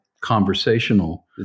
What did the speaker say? Conversational